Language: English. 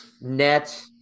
net